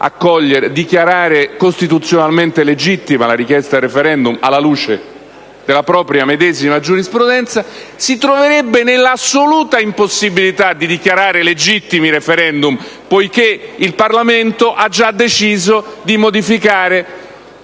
dichiarare costituzionalmente ammissibile la richiesta di *referendum*, alla luce della propria giurisprudenza - si troverebbe nell'assoluta impossibilità di dichiarare legittimi i *referendum* poiché il Parlamento avrebbe già deciso di modificare